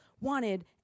wanted